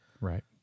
Right